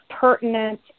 pertinent